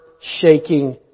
shaking